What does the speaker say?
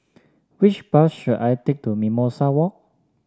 which bus should I take to Mimosa Walk